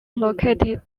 located